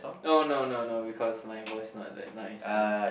oh no no no because my voice not that nice ya